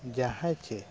ᱡᱟᱦᱟᱸᱭ ᱪᱮᱫ